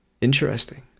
Interesting